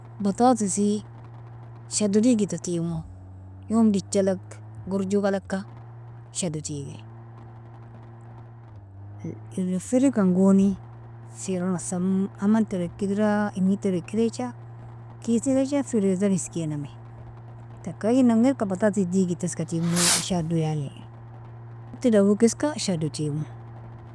Batatisi, shado degidta tigmu, yom dicha'lag gorjoga'laka shado tigi. iron firgikan goni sera samm aman trek idra imid trek idacha kisil idacha freezeral iskenamie, taka iighina'n gherka batatis digidta eska tigmu shado yani, wagtti dawika eska shado tigmu.